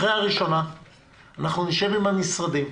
אחרי קריאה ראשונה אנחנו נשב עם המשרדים,